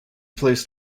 placed